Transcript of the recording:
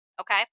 okay